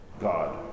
God